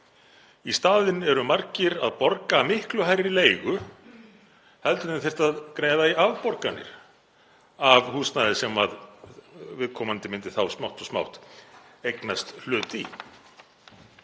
Í staðinn eru margir að borga miklu hærri leigu en þeir þyrftu að greiða í afborganir af húsnæði sem viðkomandi myndi þá smátt og smátt eignast hlut í.